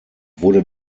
wurde